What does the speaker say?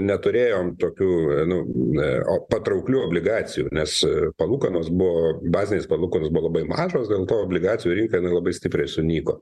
neturėjom tokių nu o patrauklių obligacijų nes palūkanos buvo bazinės palūkanos buvo labai mažos dėl to obligacijų rinka labai stipriai sunyko